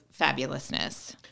fabulousness